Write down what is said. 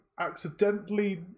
accidentally